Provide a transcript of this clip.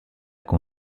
con